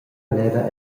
leva